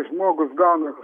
žmogus gauna